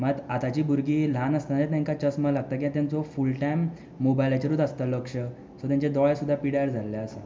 मात आतांची भुरगीं ल्हान आसतनाच तांकां चश्मा लायता कित्याक तांचो फूल टायम मोबायलाचेरूच आसता लक्ष सो तेंचे दोळे सुद्दां पिड्यार जाल्ले आसा